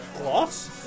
gloss